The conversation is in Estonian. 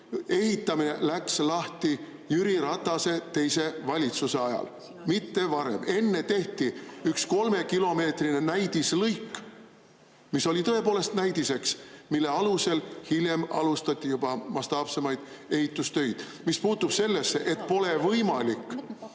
Ehitamine läks lahti Jüri Ratase teise valitsuse ajal, mitte varem. Enne tehti üks kolmekilomeetrine näidislõik, mis oli tõepoolest näidis, mille alusel hiljem alustati juba mastaapsemaid ehitustöid. Mis puutub sellesse, et pole võimalik